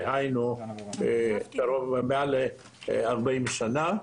דהיינו לפני מעל ל-40 שנה,